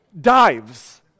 dives